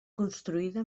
construïda